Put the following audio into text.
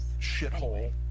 Shithole